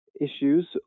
issues